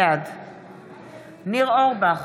בעד ניר אורבך,